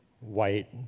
white